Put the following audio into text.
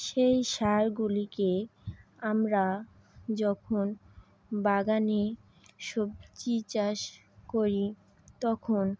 সেই সারগুলিকে আমরা যখন বাগানে সবজি চাষ করি তখন